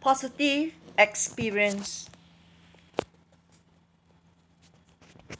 positive experience